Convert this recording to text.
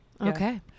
Okay